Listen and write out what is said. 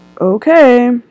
okay